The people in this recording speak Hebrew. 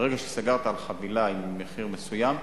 ברגע שסגרת על חבילה עם מחיר מסוים,